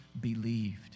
believed